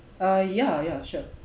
uh ya ya sure